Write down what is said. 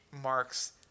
marks